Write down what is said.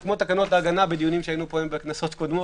זה כמו תקנות ההגנה שהיינו בדיונים עליהן בכנסות קודמות.